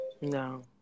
No